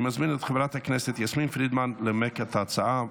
אני מזמין את חברת הכנסת יסמין פרידמן לנמק את ההצעה,